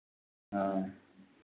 हाँ